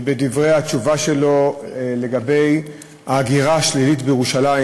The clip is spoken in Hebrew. ובדברי התשובה שלו לגבי ההגירה השלילית מירושלים